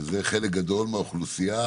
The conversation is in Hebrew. שזה חלק גדול מהאוכלוסייה,